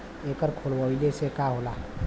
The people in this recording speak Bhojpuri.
एकर खोलवाइले से का होला?